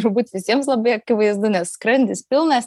turbūt visiems labai akivaizdu nes skrandis pilnas